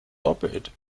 doppelt